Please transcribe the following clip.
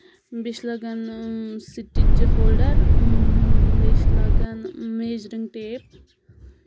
بیٚیہِ چھِ لَگَان سٹچہِ ہولڈَر بیٚیہِ چھِ لَگَان میجرِنٛگ ٹیپ